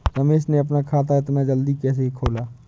रमेश ने अपना खाता इतना जल्दी कैसे खोला?